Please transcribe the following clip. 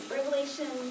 Revelation